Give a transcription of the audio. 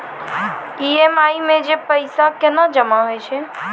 EMI मे जे पैसा केना जमा होय छै?